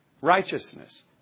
Righteousness